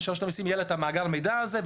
ושלרשות המיסים יהיה את מאגר המידע הזה,